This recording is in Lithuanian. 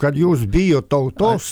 kad jūs bijot tautos